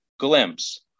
glimpse